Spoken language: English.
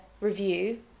review